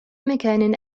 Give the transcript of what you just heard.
مكان